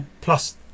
Plus